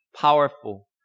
powerful